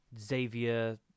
Xavier